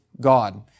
God